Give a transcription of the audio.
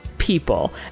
People